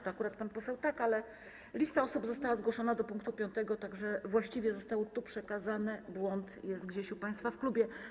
Tak, akurat pan poseł tak, ale lista osób została zgłoszona do pkt 5, tak że właściwie zostało tu przekazane, błąd był gdzieś u państwa w klubie.